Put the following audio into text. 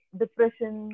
depression